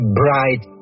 bright